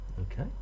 Okay